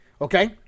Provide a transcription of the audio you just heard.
okay